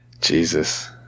Jesus